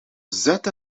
zette